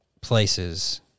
places